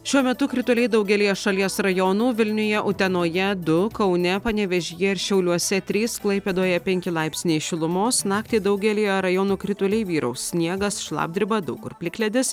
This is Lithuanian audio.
šiuo metu krituliai daugelyje šalies rajonų vilniuje utenoje du kaune panevėžyje ir šiauliuose trys klaipėdoje penki laipsniai šilumos naktį daugelyje rajonų krituliai vyraus sniegas šlapdriba daug kur plikledis